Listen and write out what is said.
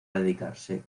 dedicarse